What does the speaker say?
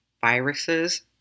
viruses